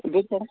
doodh peda